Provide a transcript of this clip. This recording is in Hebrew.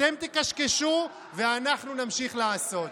אתם תקשקשו, ואנחנו נמשיך לעשות.